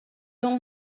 اون